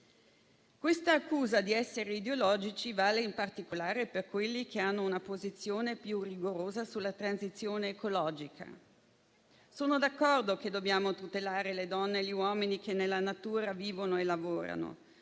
Questa accusa di essere ideologici vale in particolare per quelli che hanno una posizione più rigorosa sulla transizione ecologica. Sono d'accordo che dobbiamo tutelare le donne e gli uomini che nella natura vivono e lavorano.